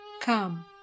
Come